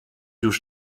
już